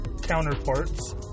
counterparts